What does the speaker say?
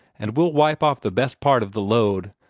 and we'll wipe off the best part of the load.